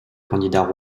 candidat